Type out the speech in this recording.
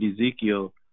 Ezekiel